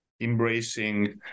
embracing